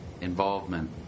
involvement